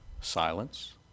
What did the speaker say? silence